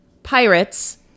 pirates